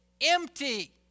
empty